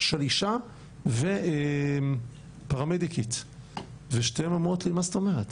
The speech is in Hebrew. שלישה ופרמדקית ושתיהן אומרות לי 'מה זאת אומרת,